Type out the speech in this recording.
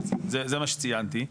זה מה שציינתי.